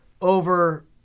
over